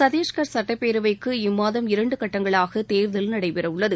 சத்தீஷ்கர் சட்டப்பேரவைக்கு இம்மாதம் இரண்டு கட்டங்களாக தேர்தல் நடைபெறவுள்ளது